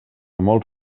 molt